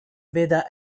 veda